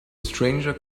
stranger